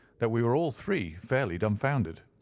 that we were all three fairly dumfoundered.